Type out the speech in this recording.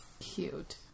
Cute